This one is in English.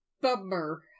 Bummer